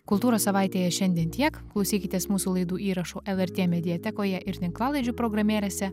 kultūros savaitėje šiandien tiek klausykitės mūsų laidų įrašų lrt mediatekoje ir tinklalaidžių programėlėse